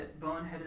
boneheaded